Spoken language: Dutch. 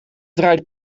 draait